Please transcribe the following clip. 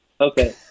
Okay